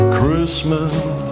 Christmas